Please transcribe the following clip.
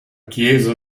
chiesa